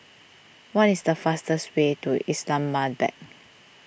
what is the fastest way to Islamabad